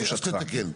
אל תתקן.